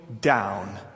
down